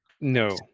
No